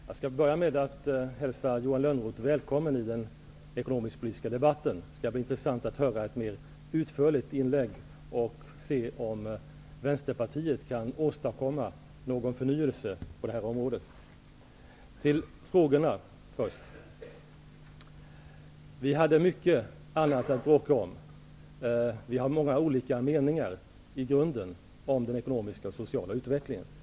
Fru talman! Jag skall börja med att hälsa Johan Lönnroth välkommen i den ekonomisk-politiska debatten. Det skall bli intressant att höra ett mer utförligt inlägg och se om vänsterpartiet kan åstadkomma någon förnyelse på det här området. Till frågorna. Vi hade mycket annat att bråka om. Vi har i grunden många olika meningar om den ekonomiska och sociala utvecklingen.